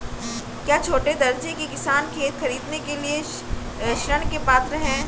क्या छोटे दर्जे के किसान खेत खरीदने के लिए ऋृण के पात्र हैं?